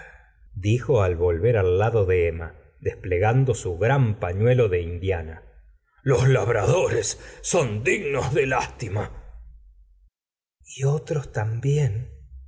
dijo al volver al lado de emma desplegando su gran paftuelo de indiana los labradores son dignos de lástima y otros también